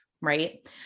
Right